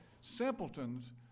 simpletons